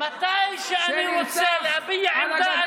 מתי שאני רוצה להביע עמדה,